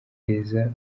kure